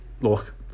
Look